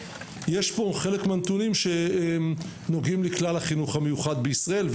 יש פה נתונים שנוגעים לכלל החינוך המיוחד בישראל,